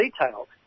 detailed